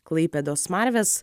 klaipėdos smarvės